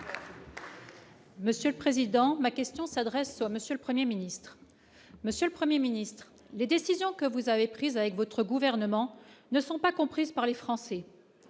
Monsieur le président, ma question s'adresse au Monsieur le 1er Ministre Monsieur le 1er ministre les décisions que vous avez prise avec votre gouvernement ne sont pas comprise par les Français,